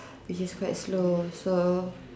which is quite slow so